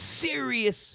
serious